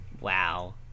Wow